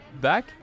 back